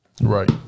Right